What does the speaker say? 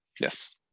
Yes